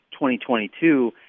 2022